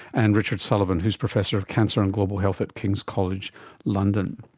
and richard sullivan who is professor of cancer and global health at king's college london.